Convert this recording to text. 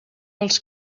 als